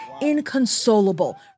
inconsolable